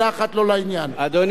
אדוני היושב-ראש,